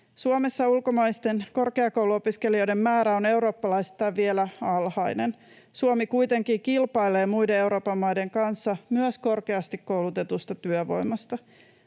Suomessa ulkomaisten korkeakouluopiskelijoiden määrä on eurooppalaisittain vielä alhainen. Suomi kuitenkin kilpailee muiden Euroopan maiden kanssa myös korkeasti koulutetusta työvoimasta.